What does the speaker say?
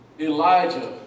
Elijah